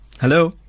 Hello